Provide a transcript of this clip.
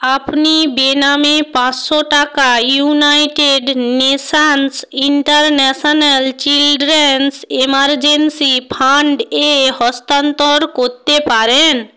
আপনি বেনামে পাঁচশো টাকা United Nations International Children's Emergency Fund এ হস্তান্তর করতে পারেন